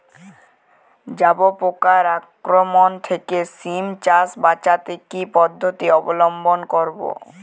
জাব পোকার আক্রমণ থেকে সিম চাষ বাচাতে কি পদ্ধতি অবলম্বন করব?